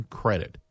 credit